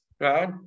right